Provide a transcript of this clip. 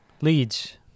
Leeds